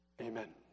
Amen